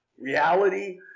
reality